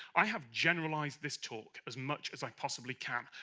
i have generalized this talk as much as i possibly can.